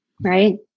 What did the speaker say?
right